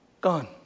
gone